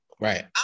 Right